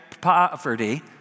poverty